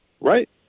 right